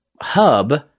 hub